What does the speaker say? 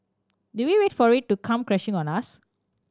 do we wait for it to come crashing on us